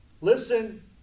Listen